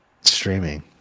streaming